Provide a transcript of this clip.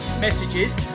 messages